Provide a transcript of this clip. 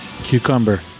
Cucumber